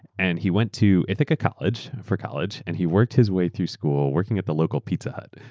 and he went to ithaca college for college and he worked his way through school working at the local pizza hut.